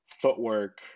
footwork